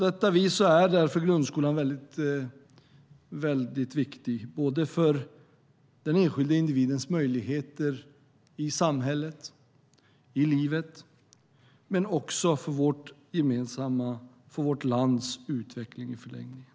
Därför är grundskolan väldigt viktig, både för den enskilda individens möjligheter i samhället och i livet och för vårt lands utveckling i förlängningen.